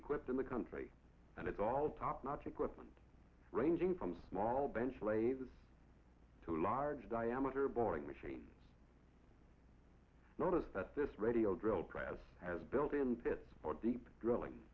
equipped in the country and it's all top notch equipment ranging from small bench lathe to large diameter boring machine noticed that this radio drill press has built into it or deep drilling